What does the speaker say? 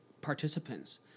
participants